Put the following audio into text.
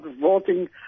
voting